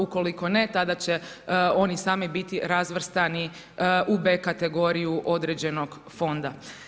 Ukoliko ne tada će oni sami biti razvrstani u B kategoriju određenog fonda.